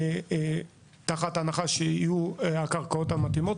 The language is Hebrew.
תחת הנחה שתהיינה קרקעות מתאימות,